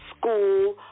school